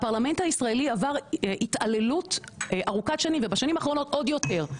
הפרלמנט הישראלי עבר התעללות ארוכת שנים ובשנים האחרונות עוד יותר,